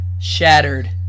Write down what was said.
shattered